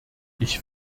ich